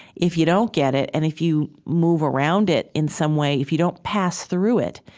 if you don't get it and if you move around it in some way, if you don't pass through it,